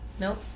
Nope